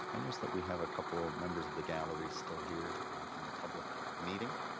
i notice that we have a couple members of the gallery still here from the public meeting.